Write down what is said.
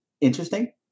interesting